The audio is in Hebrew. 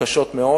קשות מאוד.